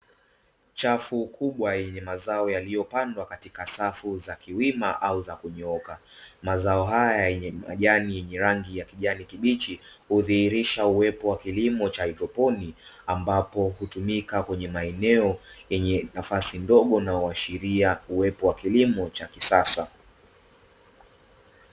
Chafu kubwa yenye mazao yaliyopandwa katika safu za kiwima au za kunyooka. Mazao haya yenye majani yenye rangi ya kijani kibichi hudhihirisha uwepo wa kilimo cha hydroponi, ambapo hutumika kwenye maeneo yenye nafasi ndogo na huashiria uwepo wa kilimo cha kisasa.